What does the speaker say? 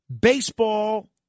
baseball